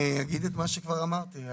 אני אגיד את מה שכבר אמרתי.